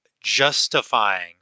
justifying